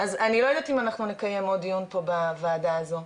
אז אני לא יודעת אם אנחנו נקיים עוד דיון פה בוועדה הזו.